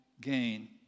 gain